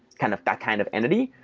kind of that kind of entity.